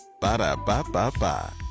Ba-da-ba-ba-ba